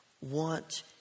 want